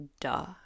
duh